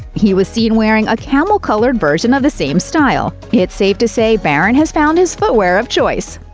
he was seen wearing a camel-colored version of the same style. it's safe to say barron has found his footwear of choice!